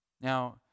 Now